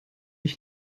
ich